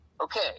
okay